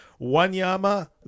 Wanyama